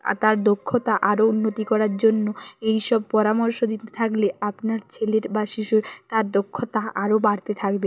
আর তার দক্ষতা আরো উন্নতি করার জন্য এই সব পরামর্শ দিতে থাকলে আপনার ছেলের বা শিশুর তার দক্ষতা আরো বাড়তে থাকবে